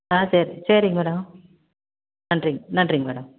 ஆ சரி சரிங்க மேடம் நன்றிங்க நன்றிங்க மேடம்